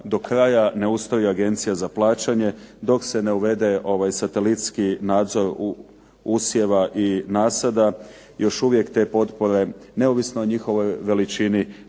do kraja ne ustroji agencija za plaćanje, dok se ne uvede satelitski nadzor usjeva i nasada još uvijek te potpore neovisno o njihovoj veličini